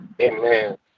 Amen